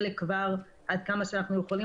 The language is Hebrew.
חלק כבר עד כמה שאנחנו יכולים,